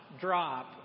drop